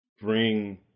bring